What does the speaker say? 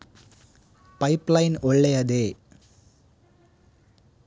Pipe line ಒಳ್ಳೆಯದೇ?